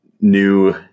New